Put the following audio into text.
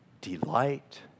delight